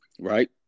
Right